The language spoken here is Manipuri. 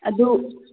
ꯑꯗꯨ